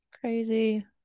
Crazy